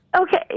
okay